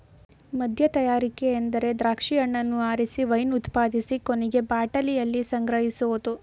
ಮದ್ಯತಯಾರಿಕೆ ಅಂದ್ರೆ ದ್ರಾಕ್ಷಿ ಹಣ್ಣನ್ನ ಆರಿಸಿ ವೈನ್ ಉತ್ಪಾದಿಸಿ ಕೊನೆಗೆ ಬಾಟಲಿಯಲ್ಲಿ ಸಂಗ್ರಹಿಸೋದು